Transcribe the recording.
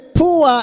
poor